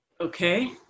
Okay